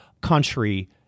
country